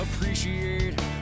appreciate